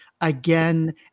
again